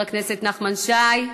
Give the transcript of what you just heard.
חבר הכנסת נחמן שי,